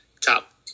top